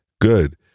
good